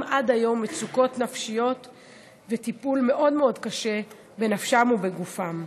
עד היום מצוקות נפשיות וטיפול מאוד מאוד קשה בנפשם ובגופם.